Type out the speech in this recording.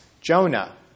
Jonah